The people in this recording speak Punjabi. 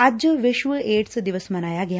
ਅੱਜ ਵਿਸ਼ਵ ਏਡਜ ਦਿਵਸ ਮਨਾਇਆ ਗਿਆ